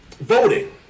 voting